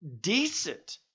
decent